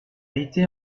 été